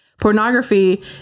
Pornography